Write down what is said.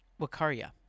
Wakaria